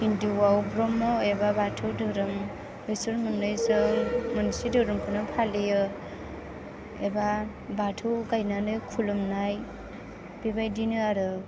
हिन्दुआव ब्रह्म एबा बाथौ दोहोरोम दं बेसोर मोननैजों मोनसे दोहोरोमखौनो फालियो एबा बाथौ गायनानै खुलुमनाय बेबायदिनो आरो